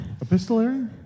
Epistolary